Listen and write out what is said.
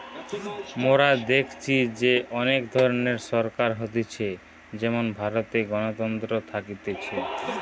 মোরা দেখেছি যে অনেক ধরণের সরকার হতিছে যেমন ভারতে গণতন্ত্র থাকতিছে